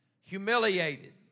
humiliated